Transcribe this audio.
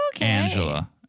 Angela